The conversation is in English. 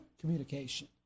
communication